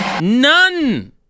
None